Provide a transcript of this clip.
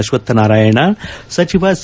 ಅಶ್ವಕ್ಥನಾರಾಯಣ ಸಚಿವ ಸಿ